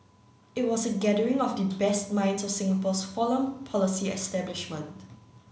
it was a gathering of the best minds of Singapore's foreign policy establishment